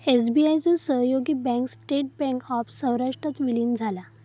SBI चो सहयोगी bank state bank of सौराष्ट्रात विलीन झाला